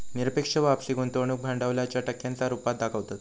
निरपेक्ष वापसी गुंतवणूक भांडवलाच्या टक्क्यांच्या रुपात दाखवतत